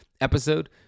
episode